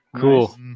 Cool